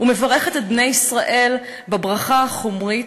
ומברכת את בני ישראל בברכה החומרית: